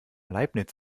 leibniz